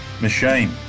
machine